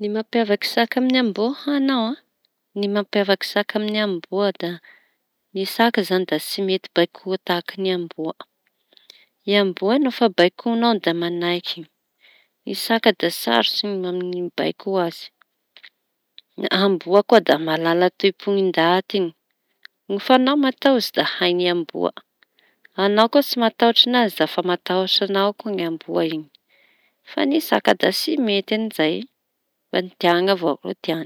Ny mampiavaky saka amin'ny amboa ho añao e? Ny mampiavaky saka amin'ny amboa da ny saka izañy da tsy mety baiko tahaka ny amboa; ny amboa nofa baikoañao dafa manaiky. Ny saka da sarotsy ny mibaiko azy, amboa koa da mahalala toem-pony ndaty no fa añao matahotsy da haiñy amboa añao koa tsy matahotsy an'azy da fa matahotsy ano koa ny amboa iñy fa ny saka da tsy mety an'izay fa ny tiany avao no tiany.